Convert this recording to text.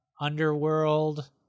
Underworld